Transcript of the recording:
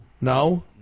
No